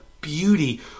beauty